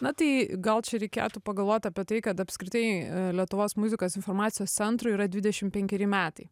na tai gal čia reikėtų pagalvot apie tai kad apskritai letuvos muzikos informacijos centrui yra dvidešim penkeri metai